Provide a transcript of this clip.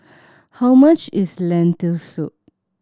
how much is Lentil Soup